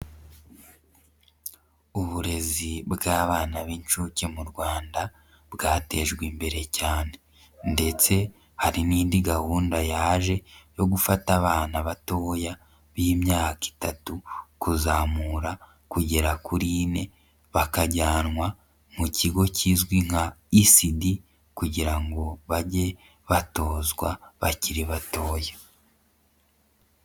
Uburezi bw'abana b'inshuke mu Rwanda, bwatejwe imbere cyane ndetse hari n'indi gahunda yaje yo gufata abana batoya b'imyaka itatu kuzamura kugera kuri ine, bakajyanwa mu kigo kizwi nka ECD kugira ngo bajye batozwa bakiri batoya.